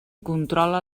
controla